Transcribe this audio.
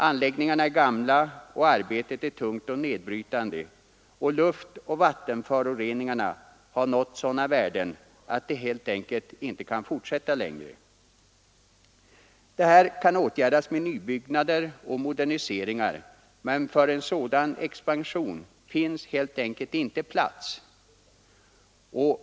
Anläggningarna är gamla, arbetet är tungt och nedbrytande och luftoch vattenföroreningarna har nått sådana värden att det helt enkelt inte kan fortsätta längre. Detta kan åtgärdas med nybyggnader och moderniseringar, men för en sådan expansion finns helt enkelt inte plats.